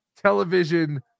television